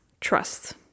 trust